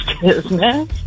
business